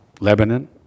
Lebanon